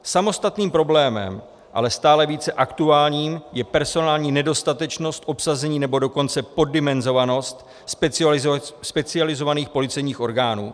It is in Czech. Samostatným problémem, ale stále více aktuálním, je personální nedostatečnost obsazení, nebo dokonce poddimenzovanost specializovaných policejních orgánů.